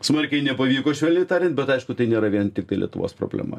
smarkiai nepavyko švelniai tariant bet aišku tai nėra vien tiktai lietuvos problema